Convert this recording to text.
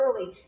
early